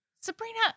Sabrina